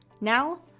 Now